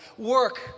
Work